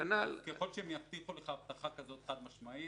ככל שהם יבטיחו לך הבטחה חד-משמעית,